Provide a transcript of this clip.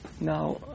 now